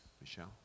Michelle